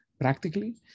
practically